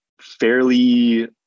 fairly